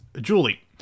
Julie